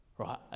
Right